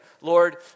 Lord